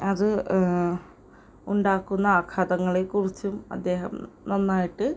അത് ഉണ്ടാക്കുന്ന ആഘാതങ്ങളെക്കുറിച്ചും അദ്ദേഹം നന്നായിട്ട്